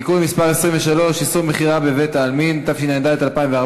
תרשום שחבר הכנסת דב חנין לא נמצא במליאה בפעם הראשונה.